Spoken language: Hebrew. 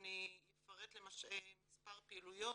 אפרט מספר פעילויות: